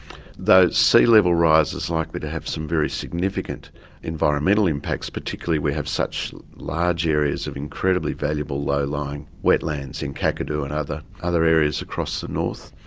though sea level rise is likely to have some very significant environmental impacts. particularly we have such large areas of incredibly valuable low-lying wetlands in kakadu and other other areas across the north.